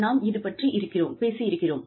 நாம் இது பற்றி பேசி இருக்கிறோம்